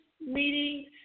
meeting